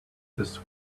this